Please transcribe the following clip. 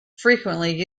frequently